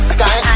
Sky